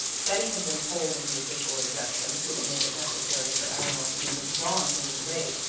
betty had been told of the official objections which made it necessary for eleanor to be withdrawn from the debate.